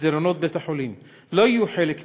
במסדרונות בית-החולים לא יהיו חלק מזה,